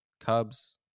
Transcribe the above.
Cubs